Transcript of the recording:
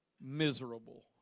miserable